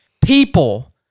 people